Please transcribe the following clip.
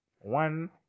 one